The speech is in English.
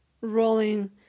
rolling